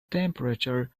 temperature